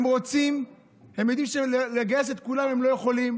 הם יודעים שלגייס את כולם הם לא יכולים,